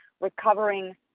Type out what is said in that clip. recovering